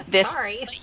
Sorry